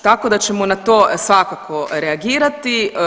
Tako da ćemo na to svakako reagirati.